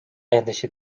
edasi